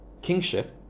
Kingship